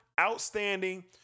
outstanding